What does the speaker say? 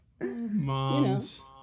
Moms